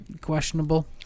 questionable